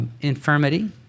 infirmity